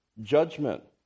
judgment